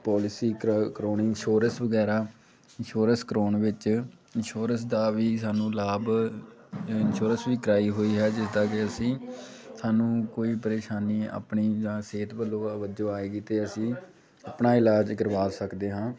policy ਕਰਾ ਕਰਾਉਣੀ insurance ਵਗੈਰਾ ਇੰਸ਼ੋਰੈਂਸ ਕਰਾਉਣ ਵਿੱਚ ਇੰਸ਼ੋਰੈਂਸ ਦਾ ਵੀ ਸਾਨੂੰ ਲਾਭ ਇੰਸ਼ੋਰੈਂਸ ਵੀ ਕਰਾਈ ਹੋਈ ਹੈ ਜਿਸਦਾ ਕਿ ਅਸੀਂ ਸਾਨੂੰ ਕੋਈ ਪ੍ਰੇਸ਼ਾਨੀ ਆਪਣੀ ਜਾਂ ਸਿਹਤ ਵੱਲੋਂ ਜੋ ਆਏਗੀ ਅਤੇ ਅਸੀਂ ਆਪਣਾ ਇਲਾਜ ਕਰਵਾ ਸਕਦੇ ਹਾਂ